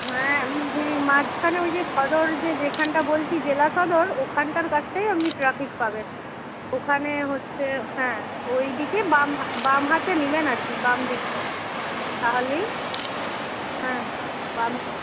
হ্যাঁ হুম হুম মাঝখানে ওই যে সদর যে যেখানটা বলছি জেলা সদর ওখানটার কাছটাই আপনি ট্রাফিক পাবেন ওখানে হচ্ছে হ্যাঁ ওই দিকে বাম হা বাম হাতে নিবেন আর কি বাম দিকটায় তাহলেই হ্যাঁ হ্যাঁ বাম দিক